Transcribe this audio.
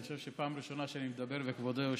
אני חושב שפעם ראשונה שאני מדבר כשכבודו יושב.